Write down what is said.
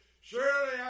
surely